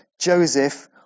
Joseph